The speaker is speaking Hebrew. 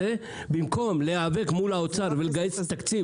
במקום להיאבק מול האוצר ולגייס את התקציב